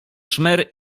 szmer